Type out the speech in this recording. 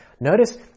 Notice